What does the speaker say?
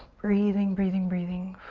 breathing, breathing, breathing.